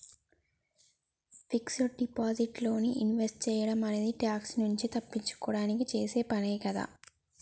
fixed deposit లో invest సేయడం అనేది ట్యాక్స్ నుంచి తప్పించుకోడానికి చేసే పనే కదా